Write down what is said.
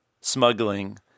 smuggling